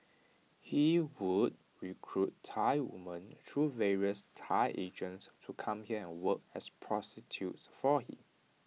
he would recruit Thai women through various Thai agents to come here and work as prostitutes for him